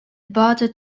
bordered